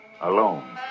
Alone